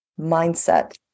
mindset